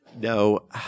No